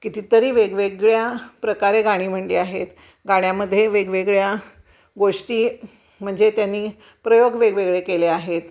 किती तरी वेगवेगळ्या प्रकारे गाणी म्हटली आहेत गाण्यामध्ये वेगवेगळ्या गोष्टी म्हणजे त्यांनी प्रयोग वेगवेगळे केले आहेत